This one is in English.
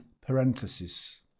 parenthesis